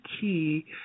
key